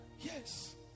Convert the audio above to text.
Yes